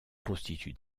constitue